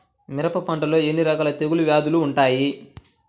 మిరప పంటలో ఎన్ని రకాల తెగులు వ్యాధులు వుంటాయి?